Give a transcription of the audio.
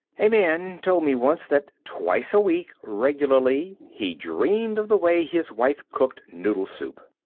a man told me once that twice a week regularly he dreamed of the way his wife cooked noodle-soup.